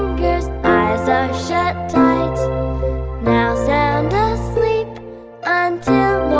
eyes are shut tight now sound ah asleep and